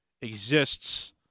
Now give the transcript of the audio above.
exists